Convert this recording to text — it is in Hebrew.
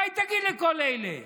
מה היא תגיד לכל אלה?